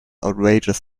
outrageous